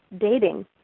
dating